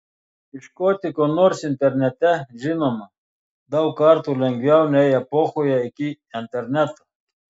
ieškoti ko nors internete žinoma daug kartų lengviau nei epochoje iki interneto